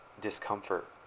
discomfort